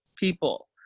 People